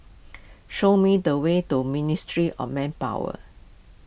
show me the way to Ministry of Manpower